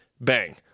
Bang